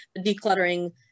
decluttering